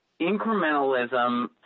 incrementalism